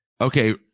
Okay